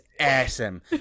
awesome